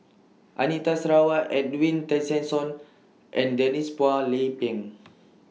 Anita Sarawak Edwin Tessensohn and Denise Phua Lay Peng